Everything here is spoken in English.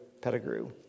Pettigrew